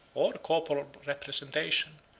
or a corporeal representation,